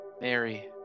Mary